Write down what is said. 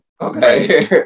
okay